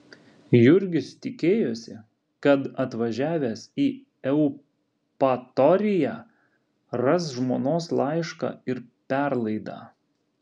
jurgis tikėjosi kad atvažiavęs į eupatoriją ras žmonos laišką ir perlaidą